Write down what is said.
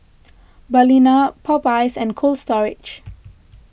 Balina Popeyes and Cold Storage